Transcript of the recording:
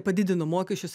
padidino mokesčius